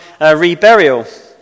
reburial